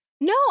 No